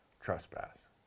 trespass